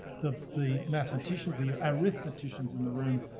the, the mathematicians, the arithmeticians in the room.